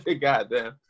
Goddamn